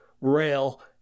rail